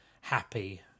happy